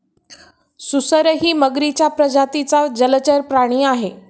सुसरही मगरीच्या प्रजातीचा जलचर प्राणी आहे